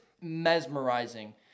mesmerizing